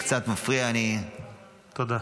תודה.